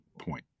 point